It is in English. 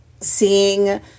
seeing